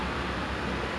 ya